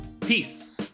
Peace